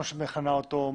כמו שאת מכנה אותו,